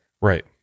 right